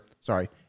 sorry